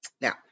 Now